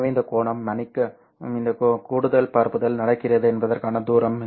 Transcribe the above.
எனவே இந்த கோணம் மன்னிக்கவும் எந்த கூடுதல் பரப்புதல் நடக்கிறது என்பதற்கான தூரம்